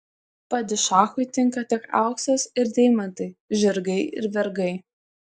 padišachui tinka tik auksas ir deimantai žirgai ir vergai